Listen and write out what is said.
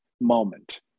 moment